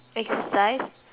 exercise